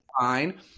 fine